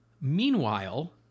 Meanwhile